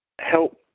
help